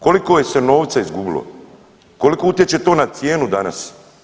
Koliko je se novca izgubilo, koliko utječe to na cijenu danas?